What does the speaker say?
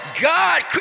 God